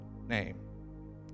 name